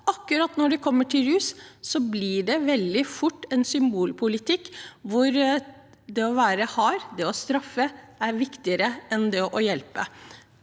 akkurat når det gjelder rus, blir det veldig fort symbolpolitikk der det å være hard, det å straffe, er viktigere enn det å hjelpe.